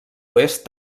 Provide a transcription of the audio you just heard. oest